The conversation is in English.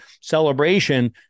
celebration